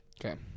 Okay